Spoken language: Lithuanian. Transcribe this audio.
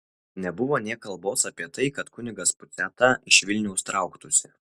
nebuvo nė kalbos apie tai kad kunigas puciata iš vilniaus trauktųsi